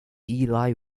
eli